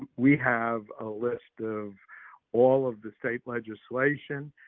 we have a list of all of the state legislation,